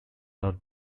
are